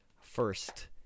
first